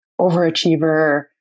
overachiever